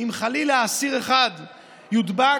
אם חלילה אסיר אחד יודבק,